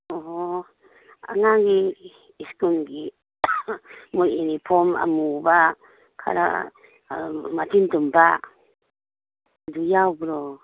ꯑꯣ ꯑꯉꯥꯡꯒꯤ ꯁ꯭ꯀꯨꯜꯒꯤ ꯃꯣꯏ ꯏꯅꯤꯐꯣꯝ ꯑꯃꯨꯕ ꯈꯔ ꯃꯆꯤꯟ ꯇꯨꯝꯕ ꯑꯗꯨ ꯌꯥꯎꯕ꯭ꯔꯣ